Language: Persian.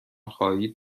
خواهید